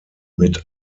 mit